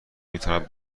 میتواند